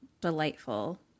delightful